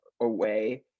away